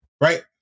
Right